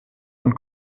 und